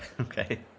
okay